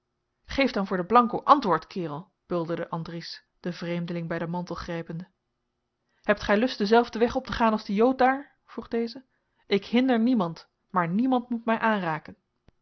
geef dan voor den antwoord kaerel bulderde andries den vreemdeling bij den mantel grijpende hebt gij lust denzelfden weg op te gaan als die jood daar vroeg deze ik hinder niemand maar niemand moet mij aanraken